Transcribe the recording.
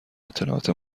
اطلاعات